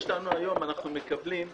היום אנחנו מקבלי,